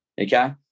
Okay